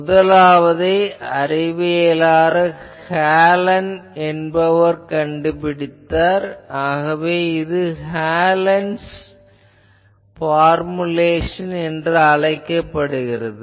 முதலாவதை அறிவியலாளர் ஹாலன் கண்டுபிடித்தார் ஆகையால் இது ஹாலன்'ஸ் பார்முலேஷன் Hallen's formulation என்று அழைக்கப்படுகிறது